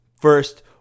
first